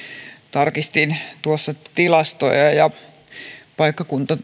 tarkistin tilastoja ja paikkakunta